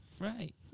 right